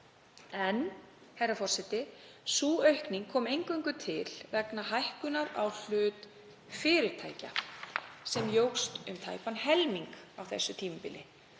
1,7% í 2,2%. En sú aukning kom eingöngu til vegna hækkunar á hlut fyrirtækja, sem jókst um tæpan helming á þessu tímabili,